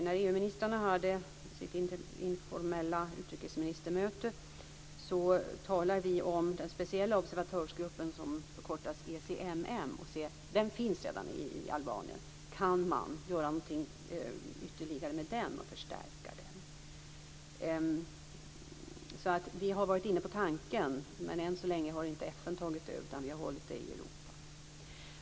När EU-ministrarna hade sitt informella utrikesministermöte diskuterade vi om den speciella observatörsgrupp som förkortas ECMM och som redan finns i Albanien kan förstärkas. Vi har varit inne på tanken, men än så länge har inte FN tagit över utan vi har hållit det i Europa.